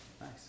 nice